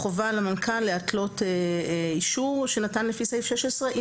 "חובה על המנכ"ל להתלות אישור שנתן לפי סעיף 16 אם